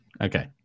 Okay